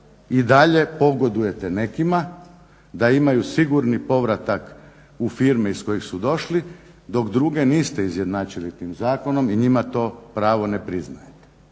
I dalje pogodujete nekima da imaju sigurni povratak u firme iz kojih su došli, dok druge niste izjednačili tim zakonom i njima to pravo ne priznajete.